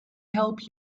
help